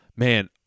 Man